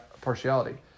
partiality